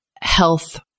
health